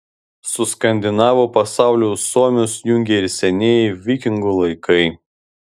su skandinavų pasauliu suomius jungia ir senieji vikingų laikai